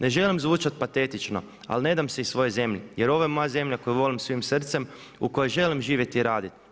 Ne želim zvučati patetično ali ne dam se iz svoje zemlje jer ovo je moja zemlja koju volim svojim srcem u kojoj želim živjeti i raditi.